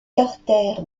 carter